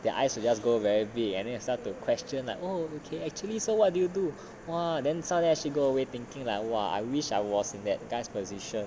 their eyes will just go very big and then some will question like oh okay actually so what do you do !wow! then some of them actually go away thinking that !wow! I wish I was in that guy's position